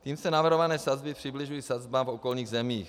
Tím se navrhované sazby přibližují sazbám v okolních zemích.